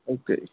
okay